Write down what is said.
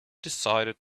decided